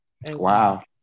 Wow